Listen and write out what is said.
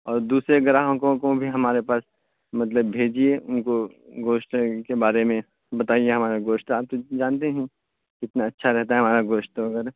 اور دوسرے گراہکوں کو بھی ہمارے پاس مطلب بھیجیے ان کو گوشت کے بارے میں بتائیے ہمارا گوشت آپ تو جانتے ہیں کتنا اچھا رہتا ہے ہمارا گوشت وغیرہ